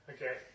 Okay